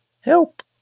Help